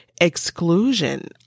exclusion